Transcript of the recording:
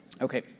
Okay